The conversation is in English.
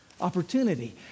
opportunity